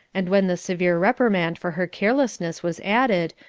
and when the severe reprimand for her carelessness was added,